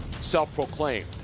Self-proclaimed